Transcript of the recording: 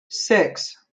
six